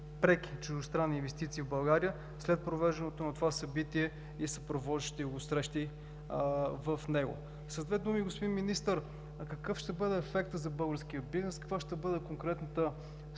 преки китайски инвестиции в България след провеждането на това събитие и съпровождащите го срещи в него? С две думи, господин Министър, какъв ще бъде ефектът за българския бизнес? Каква ще бъде конкретната